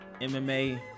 MMA